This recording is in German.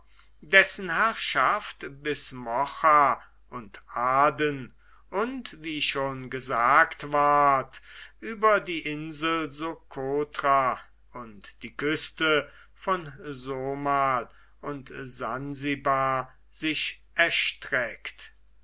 dessen herrschaft bis mocha und aden und wie schon gesagt ward über die insel sokotra und die küste von somal und sansibar sich erstreckt